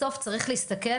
בסוף צריך להסתכל